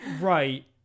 right